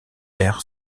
air